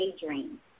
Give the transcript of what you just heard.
daydream